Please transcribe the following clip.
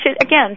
again